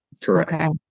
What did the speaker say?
Correct